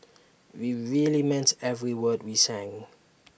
we really meant every word we sang